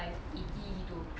tak eh sedap tak